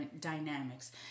dynamics